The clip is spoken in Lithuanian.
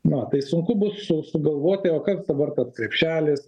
na tai sunku bus su sugalvoti o kas dabar tas krepšelis